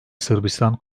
sırbistan